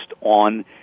on